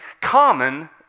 common